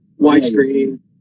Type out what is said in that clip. widescreen